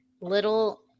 little